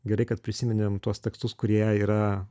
gerai kad prisiminėm tuos tekstus kurie yra